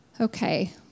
Okay